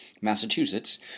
Massachusetts